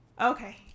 Okay